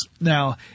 Now